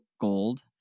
gold